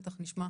בטח, נשמע.